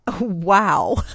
Wow